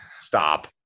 Stop